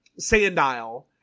Sandile